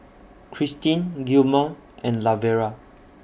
Christin Gilmore and Lavera